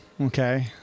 okay